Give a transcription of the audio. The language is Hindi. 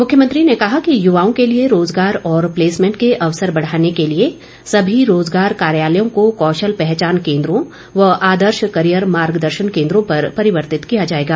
मुख्यमंत्री ने कहा कि युवाओं के लिए रोजगार और प्लेसमेंट के अवसर बढ़ाने के लिए सभी रोजगार कार्यालयों को कौशल पहचान केन्द्रों व आदर्श करियर मार्गदर्शन केन्द्रों पर परिवर्तित किया जाएगा